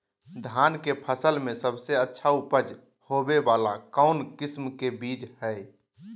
धान के फसल में सबसे अच्छा उपज होबे वाला कौन किस्म के बीज हय?